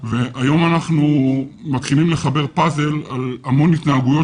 והיום אנחנו מתחילים לחבר פזל על המון התנהגויות